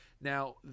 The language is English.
Now